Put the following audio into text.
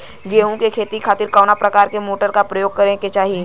गेहूँ के खेती के खातिर कवना प्रकार के मोटर के प्रयोग करे के चाही?